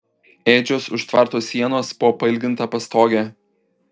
ėdžios už tvarto sienos po pailginta pastoge